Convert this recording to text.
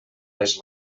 les